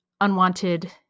unwanted